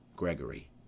Gregory